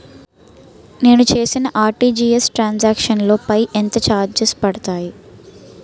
నేను చేసిన RTGS transaction లో పై ఎంత చార్జెస్ పడతాయి?